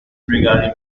regarding